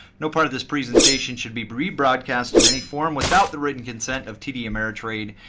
no part of this presentation should be rebroadcast in any form without the written consent of td ameritrade.